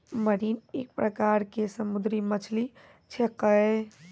marine एक प्रकार के समुद्री मछली छेकै